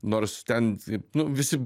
nors ten nu visi